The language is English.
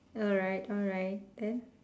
alright alright then